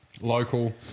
Local